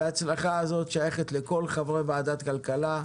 ההצלחה הזאת שייכת לכל חברי ועדת הכלכלה,